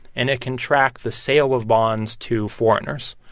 and it can track the sale of bonds to foreigners.